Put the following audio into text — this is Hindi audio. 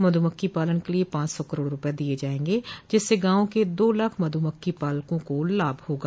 मध्मक्खी पालन के लिये पांच सौ करोड़ रूपये दिये जायेंगे जिससे गांवों के दो लाख मधुमक्खी पालकों को लाभ होगा